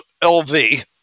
LV